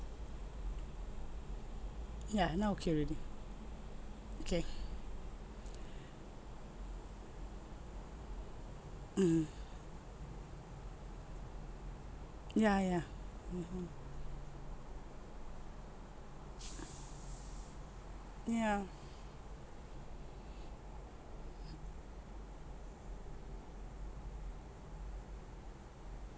yeah now okay already okay mmhmm ya ya mmhmm yeah